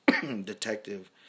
detective